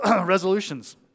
resolutions